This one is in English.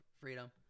freedom